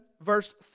verse